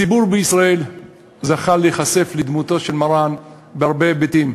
הציבור בישראל זכה להיחשף לדמותו של מרן בהרבה היבטים,